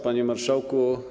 Panie Marszałku!